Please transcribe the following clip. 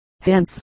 Hence